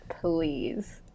please